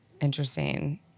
interesting